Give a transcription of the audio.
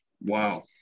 Wow